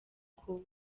kuba